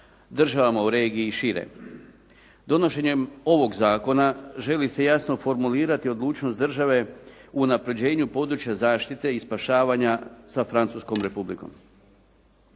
državama u regiji i šire. Donošenjem ovog zakona želi se jasno formulirati odlučnost države u unapređenju područja zašite i spašavanja sa Francuskom Republikom.